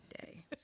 day